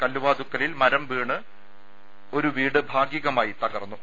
കല്ലുവാതുക്കലിൽ മരംവീണ് ഒരു വീട് ഭാഗികമായി തകർന്നു